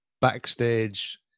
backstage